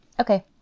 Okay